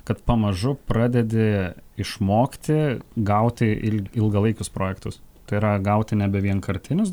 kad pamažu pradedi išmokti gauti il ilgalaikius projektus tai yra gauti nebe vienkartinius